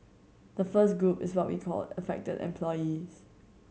the first group is what we called affected employees